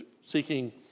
seeking